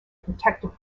protective